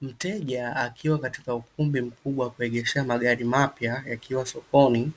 Mteja akiwa katika ukumbi mkubwa wa kuegeshea magari mapya yakiwa sokoni,